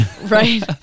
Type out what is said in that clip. Right